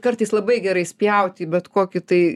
kartais labai gerai spjauti į bet kokį tai